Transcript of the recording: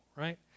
right